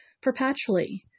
perpetually